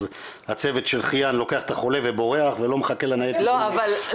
אז הצוות של חייאן לוקח את החולה ובורח ולא מחכה לניידת טיפול נמרץ,